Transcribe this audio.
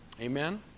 Amen